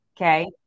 okay